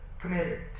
committed